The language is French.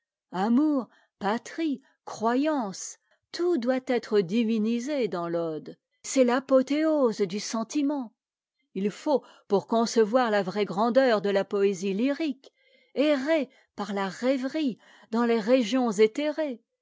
amour patrie croyance tout doit être divinisé dans l'ode c'est l'apothéose du sentiment il faut pour concevoir la vraie grandeur de la poésie lyrique errer par la rêverie dans les régions éthérées